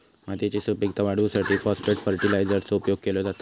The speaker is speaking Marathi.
मातयेची सुपीकता वाढवूसाठी फाॅस्फेट फर्टीलायझरचो उपयोग केलो जाता